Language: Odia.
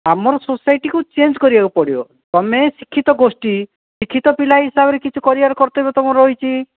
ଆମର ସୋସାଇଟିକୁ ଚେଞ୍ଜ୍ କରିବାକୁ ପଡ଼ିଵ ତୁମେ ଶିକ୍ଷିତ ଗୋଷ୍ଠୀ ଶିକ୍ଷିତ ପିଲା ହିସାବରେ କିଛି କରିବାର କର୍ତ୍ତବ୍ୟ ତୁମର ରହିଛି